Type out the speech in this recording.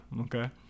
okay